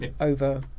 over